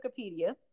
wikipedia